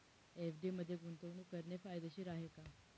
FD मध्ये गुंतवणूक करणे फायदेशीर आहे का?